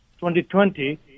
2020